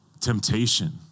temptation